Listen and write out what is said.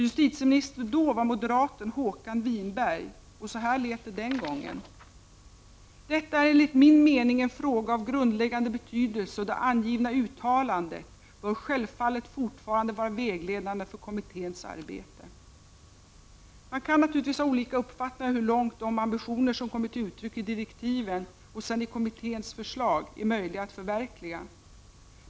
Justitieminister då var moderaten Håkan Winberg, och så här lät det den gången: ”Detta är enligt min mening en fråga av grundläggande betydelse, och det angivna uttalandet bör självfallet fortfarande vara vägledande för kommitténs arbete.” Man kan naturligtvis ha olika uppfattningar om hur långt de ambitioner som kommer till uttryck i direktiven och sedan i kommitténs förslag är möjliga att förverkliga.